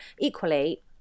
equally